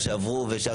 שעברו את התפוסה.